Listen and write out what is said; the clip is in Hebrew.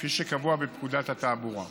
כפי שקבוע בפקודת התעבורה.